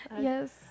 Yes